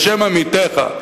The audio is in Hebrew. בשם עמיתיך,